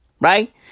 right